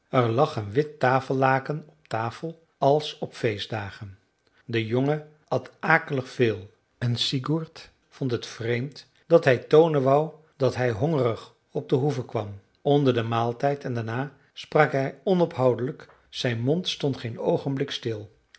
een wit tafellaken op tafel als op feestdagen de jongen at akelig veel en sigurd vond het vreemd dat hij toonen wou dat hij hongerig op de hoeve kwam onder den maaltijd en daarna sprak hij onophoudelijk zijn mond stond geen oogenblik stil